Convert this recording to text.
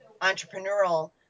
entrepreneurial